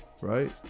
right